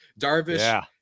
Darvish